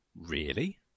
Really